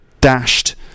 dashed